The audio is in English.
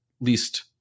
least